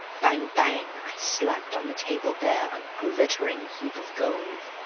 bang! bang! i slapped on the table bare a glittering heap of gold.